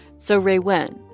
so ray went.